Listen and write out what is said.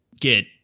get